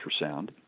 ultrasound